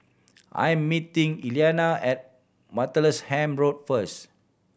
I am meeting Elianna at Martlesham Road first